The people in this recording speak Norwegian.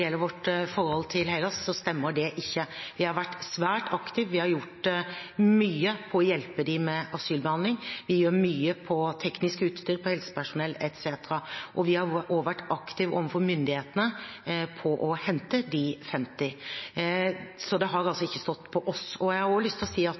svært aktive, vi har gjort mye for å hjelpe dem med asylbehandling, og vi gjør mye på teknisk utstyr, på helsepersonell osv. Vi har også vært aktive overfor myndighetene med tanke på å hente de 50. Så det har ikke stått på oss. Jeg har også lyst til å si at